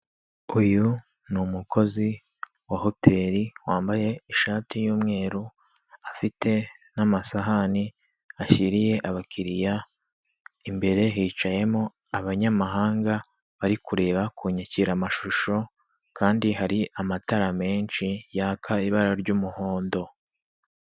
Uyu ni umukozi wa hoteli wambaye ishati y'umweru afite n'amasahani ashyiriye abakiriya imbere hicayemo abanyamahanga bari kureba ku nyakiramashusho kandi hari amatara menshi yaka ibara ry'umuhondo.